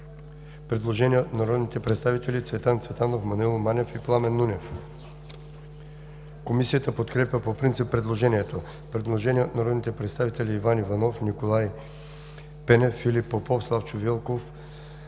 предложение от народните представители Цветан Цветанов, Маноил Манев и Пламен Нунев. Комисията подкрепя по принцип предложението. Има предложение от народните представители Иван Иванов, Николай Пенев, Филип Попов, Славчо Велков